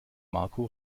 marco